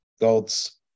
God's